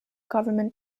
government